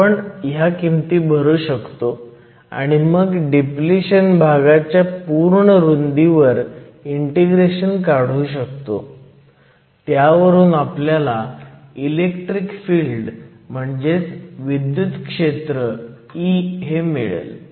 आपण ह्या किमती भरू शकतो आणि मग डिप्लिशन भागाच्या पूर्ण रुंदीवर इंटेग्रेशन काढू शकतो त्यावरून आपल्याला इलेक्ट्रिक फिल्ड म्हणजेच विद्युत क्षेत्र E मिळेल